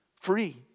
Free